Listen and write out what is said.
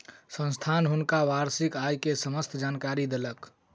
संस्थान हुनका वार्षिक आय के समस्त जानकारी देलक